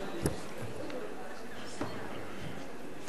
אדוני היושב-ראש, שר התקשורת,